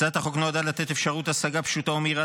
הצעת החוק נועדה לתת אפשרות השגה פשוטה ומהירה